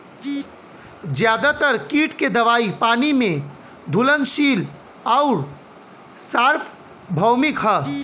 ज्यादातर कीट के दवाई पानी में घुलनशील आउर सार्वभौमिक ह?